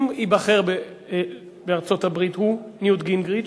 אם הוא, ניוט גינגריץ',